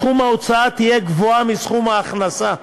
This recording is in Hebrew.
סכום ההוצאה יהיה גבוה מסכום ההכנסה.